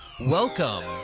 Welcome